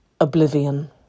Oblivion